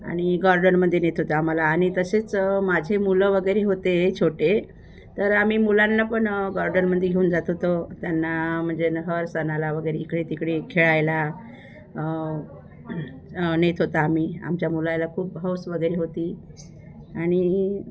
आणि गाॅर्डनमध्ये नेत होते आम्हाला आणि तसेच माझी मुलं वगैरे होते छोटे तर आम्ही मुलांना पण गार्डनमध्ये घेऊन जात होतो त्यांना म्हणजे न हर सणाला वगेरे इकडे तिकडे खेळायला नेत होता आम्ही आमच्या मुलाला खूप हौस वगैरे होती आणि